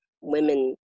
women